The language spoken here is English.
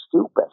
stupid